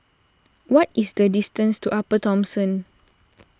what is the distance to Upper Thomson